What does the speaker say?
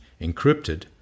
encrypted